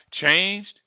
changed